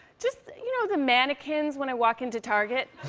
just, you know, the mannequins when i walk into target.